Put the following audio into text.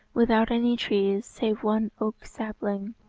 without any trees save one oak sapling,